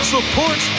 Support